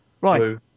right